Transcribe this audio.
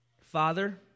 Father